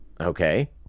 Okay